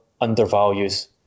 undervalues